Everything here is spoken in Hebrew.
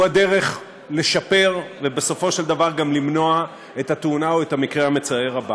הוא הדרך לשפר ובסופו של דבר גם למנוע את התאונה או את המקרה המצער הבא.